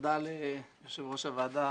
תודה ליושבת ראש הוועדה